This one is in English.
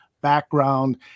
background